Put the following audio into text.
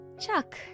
Chuck